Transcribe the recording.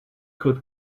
could